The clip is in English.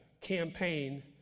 campaign